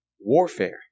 Warfare